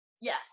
Yes